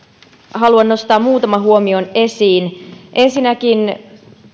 haluan nostaa muutaman huomion esiin ensinnäkin